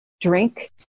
drink